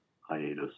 hiatus